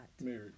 married